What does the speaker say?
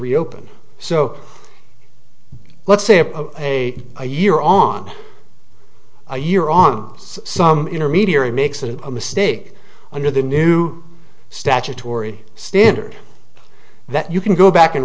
reopen so let's say a a a year on a year on some intermediary makes it a mistake under the new statutory standard that you can go back and